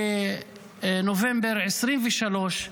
בנובמבר 2023,